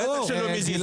בטח שלא מזיז לך.